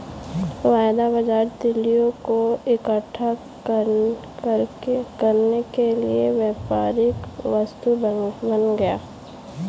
वायदा बाजार तितलियों को इकट्ठा करने के लिए व्यापारिक वस्तु बन गया